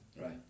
right